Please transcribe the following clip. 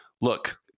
look